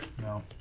No